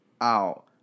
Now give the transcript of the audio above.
out